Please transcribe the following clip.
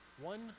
one